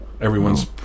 everyone's